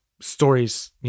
stories